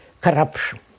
corruption